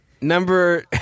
number